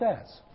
says